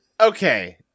Okay